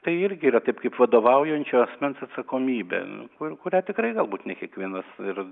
tai irgi yra taip kaip vadovaujančio asmens atsakomybė kurią tikrai galbūt ne kiekvienas ir